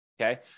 okay